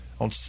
on